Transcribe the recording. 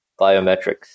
Biometrics